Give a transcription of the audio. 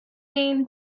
main